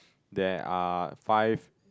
there are five